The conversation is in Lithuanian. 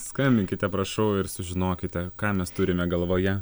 skambinkite prašau ir sužinokite ką mes turime galvoje